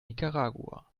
nicaragua